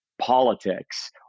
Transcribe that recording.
politics